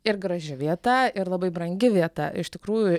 ir graži vieta ir labai brangi vieta iš tikrųjų